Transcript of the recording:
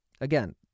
Again